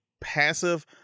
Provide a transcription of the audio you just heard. passive